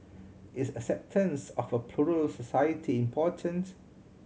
is acceptance of a plural society important